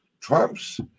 Trump's